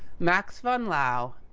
max von laue,